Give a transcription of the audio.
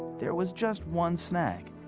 there was just one snag.